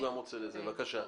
בבקשה.